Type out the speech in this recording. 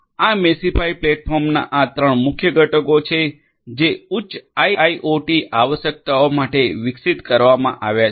આ મેશિફાઇ પ્લેટફોર્મના આ ત્રણ મુખ્ય ઘટકો છે જે ઉચ્ચ આઇઆઇઓટી આવશ્યકતાઓ માટે વિકસિત કરવામાં આવ્યા છે